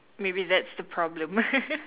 maybe that's the problem